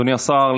אדוני השר,